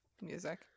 Music